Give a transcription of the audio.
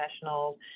professionals